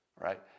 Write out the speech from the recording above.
Right